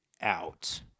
out